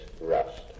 rust